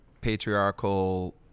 patriarchal